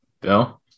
Bill